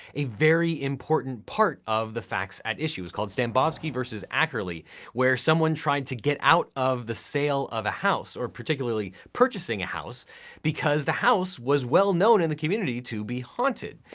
a very important part of the facts and issues called stambovksy v. ackley where someone tried to get out of the sale of a house or, particularly, purchasing a house because the house was well-known in the community to be haunted.